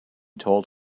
told